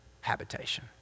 habitation